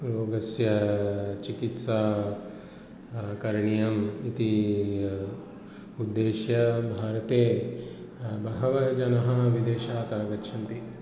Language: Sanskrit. रोगस्य चिकित्सा करणीयम् इति उद्देश्य भारते बहवः जनाः विदेशात् आगच्छन्ति